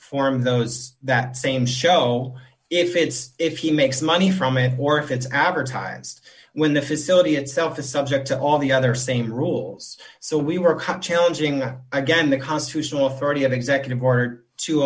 form those that same show if it is if he makes money from it or if it's advertised when the facility itself the subject to all the other same rules so we were have challenging the again the constitutional authority of executive order to